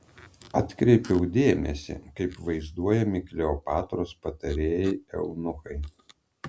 atkreipiau dėmesį kaip vaizduojami kleopatros patarėjai eunuchai